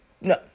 no